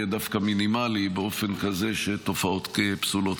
יהיה דווקא מינימלי באופן כזה שתופעות פסולות